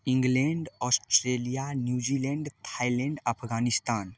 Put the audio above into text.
England Australia New Zealand Thailand Afghanistan